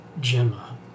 Gemma